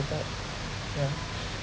that yeah